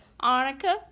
Annika